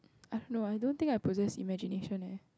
I don't know I don't think I possess imagination eh